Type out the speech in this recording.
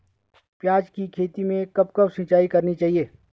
प्याज़ की खेती में कब कब सिंचाई करनी चाहिये?